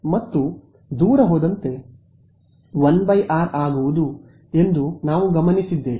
ಮತ್ತು ದೂರ ಹೋದಂತೆ 1 r ಆಗುವುದು ಎಂದು ನಾವು ಗಮನಿಸಿದ್ದೇವೆ